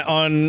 on